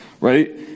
right